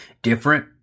different